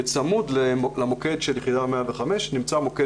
בצמוד למוקד של יחידה 105 נמצא מוקד